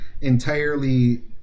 entirely